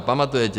Pamatujete?